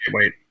wait